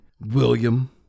William